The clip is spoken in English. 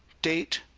date,